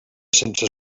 sense